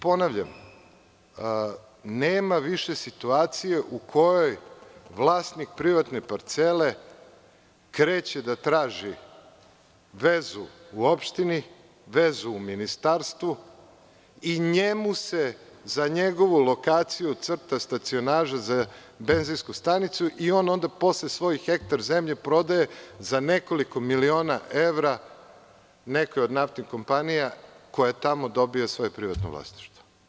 Ponavljam, nema više situacije u kojoj vlasnik privatne parcele kreće da traži vezu u opštini, vezu u ministarstvu i njemu se za njegovu lokaciju crta stacionaža za benzinsku stanicu i onda on posle svoj hektar zemlje prodaje za nekoliko miliona evra nekoj od naftnih kompanija koja tamo dobija svoje privatno vlasništvo.